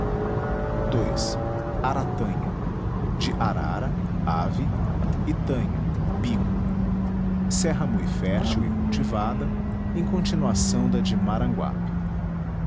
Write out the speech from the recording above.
ii aratanha de arara ave e tanha bico serra mui fértil e cultivada em continuação da de maranguape